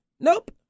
Nope